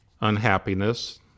unhappiness